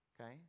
Okay